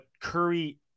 Curry